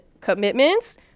commitments